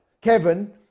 Kevin